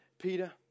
Peter